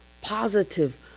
positive